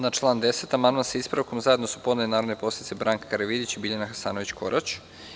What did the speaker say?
Na član 10. amandman, sa ispravkom, zajedno su podneli narodni poslanici Branka Karavidić i Biljana Hasanović Korać.